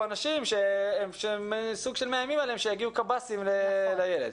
אנשים שסוג של מאיימים שיגיעו קב"סים לילד.